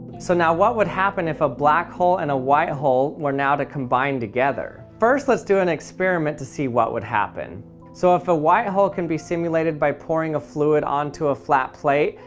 so now what would happen if a black hole and a white hole were now to combine together. first let's do an experiment to see what would happen so if a white hole could be simulated by pouring a fluid onto a flat plate,